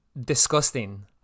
disgusting